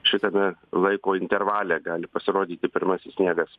šitame laiko intervale gali pasirodyti pirmasis sniegas